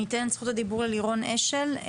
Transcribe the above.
לירון אשל,